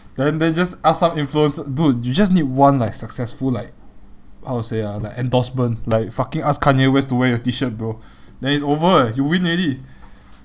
then then just ask some influencer dude you just need one like successful like how to say ah like endorsement like fucking ask kanye west to wear your T-shirt bro then it's over eh you win already